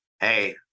Hey